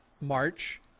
march